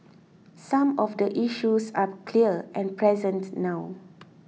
some of the issues are clear and present now